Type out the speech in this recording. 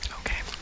Okay